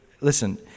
listen